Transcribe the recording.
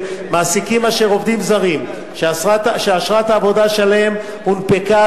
מעסיקים של עובדים זרים שאשרת העבודה שלהם הונפקה